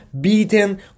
beaten